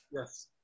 Yes